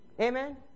Amen